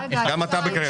גם אתה בקריאה ראשונה.